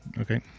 Okay